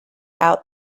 out